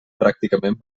pràcticament